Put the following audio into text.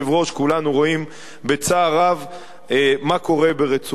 כולנו רואים בצער רב מה קורה ברצועת-עזה.